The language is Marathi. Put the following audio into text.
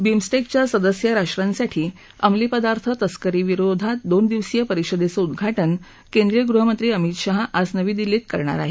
बिमस्टेकच्या सदस्य राष्ट्रांसाठी अंमली पदार्थ तस्करी विरोधात दोन दिवसीय परिषदेचं उद्घाटन गृहमंत्री अमित शाह आज नवी दिल्ली कें करणार आहेत